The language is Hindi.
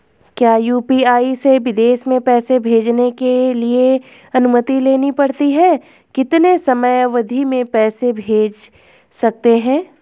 क्या यु.पी.आई से विदेश में पैसे भेजने के लिए अनुमति लेनी पड़ती है कितने समयावधि में पैसे भेज सकते हैं?